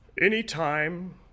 Anytime